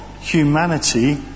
humanity